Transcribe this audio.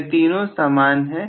यह तीनों समान है